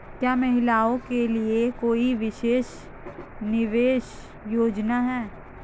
क्या महिलाओं के लिए कोई विशेष निवेश योजना है?